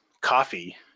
coffee